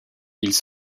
ils